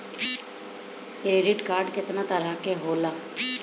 Credit card कितना तरह के होला?